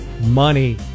Money